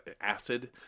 acid